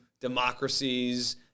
democracies